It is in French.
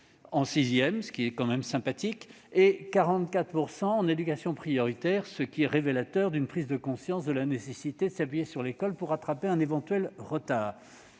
en sixième, ce qui est intéressant. Elle atteint 44 % en éducation prioritaire, ce qui révèle une prise de conscience de la nécessité de s'appuyer sur l'école pour rattraper un éventuel retard.